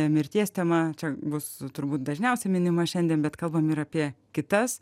mirties tema čia bus turbūt dažniausiai minima šiandien bet kalbam ir apie kitas